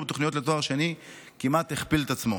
בתוכניות לתואר שני כמעט הכפיל את עצמו.